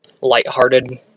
light-hearted